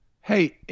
Hey